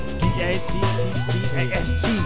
d-a-c-c-c-a-s-t